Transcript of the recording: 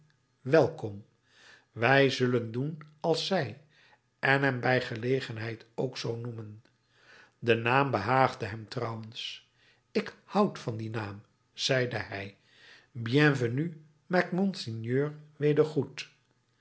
wij zullen doen als zij en hem bij gelegenheid ook zoo noemen de naam behaagde hem trouwens ik houd van dien naam zeide hij bienvenu maakt monseigneur weder goed